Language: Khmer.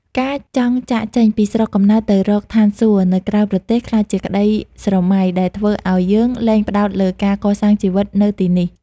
ការចង់ចាកចេញពីស្រុកកំណើតទៅរក "ឋានសួគ៌" នៅក្រៅប្រទេស ក្លាយជាក្តីស្រមៃដែលធ្វើឱ្យយើងលែងផ្តោតលើការកសាងជីវិតនៅទីនេះ។